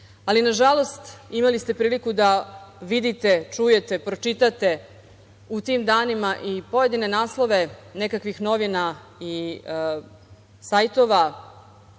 Irinej. Nažalost, imali ste priliku da vidite, čujete, pročitate u tim danima i pojedine naslove nekakvih novina i sajtova,